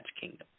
kingdom